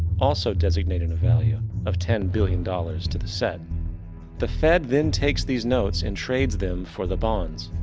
also designating a value of ten billion dollars to the set the fed than takes these notes and trades them for the bonds.